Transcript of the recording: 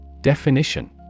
Definition